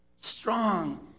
Strong